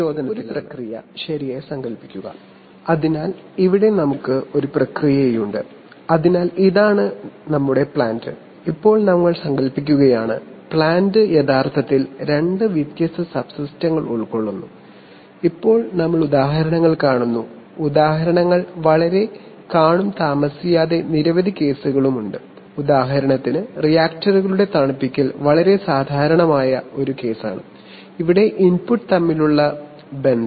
ഇവിടെ ഒരു പ്രക്രിയ ശരിയായി സങ്കൽപ്പിക്കുക അതിനാൽ ഇവിടെ നമുക്ക് ഒരു പ്രക്രിയയുണ്ട് അതിനാൽ ഇതാണ് ഞങ്ങളുടെ പ്ലാന്റ് ഇപ്പോൾ പ്ലാന്റ് യഥാർത്ഥത്തിൽ രണ്ട് വ്യത്യസ്ത സബ്സിസ്റ്റങ്ങൾ ഉൾക്കൊള്ളുന്ന എന്ന്നമ്മൾ സങ്കല്പിക്കുന്നു ഇപ്പോൾ നമ്മൾ ഉദാഹരണങ്ങൾ കാണുന്നു ഉദാഹരണങ്ങൾ വളരെ കാണും താമസിയാതെ നിരവധി കേസുകളുണ്ട് ഉദാഹരണത്തിന് റിയാക്ടറുകളുടെ തണുപ്പിക്കൽ വളരെ സാധാരണമായ ഒരു കേസാണ് ഇവിടെ ഇൻപുട്ട് തമ്മിലുള്ള ബന്ധം